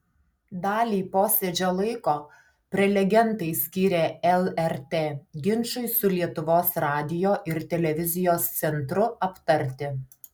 dalį posėdžio laiko prelegentai skyrė lrt ginčui su lietuvos radijo ir televizijos centru aptarti